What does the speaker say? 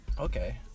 Okay